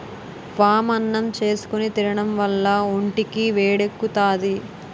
వామన్నం చేసుకుని తినడం వల్ల ఒంటికి వేడెక్కుతాది